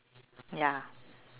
ya